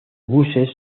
buses